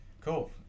Cool